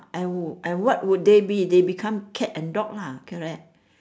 and and what would they be they become cat and dog lah correct